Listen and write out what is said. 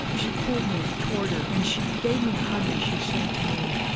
she pulled me toward her and she gave me a hug and she said to me,